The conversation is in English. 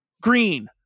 green